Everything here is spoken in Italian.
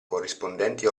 corrispondenti